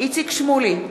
איציק שמולי,